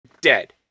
dead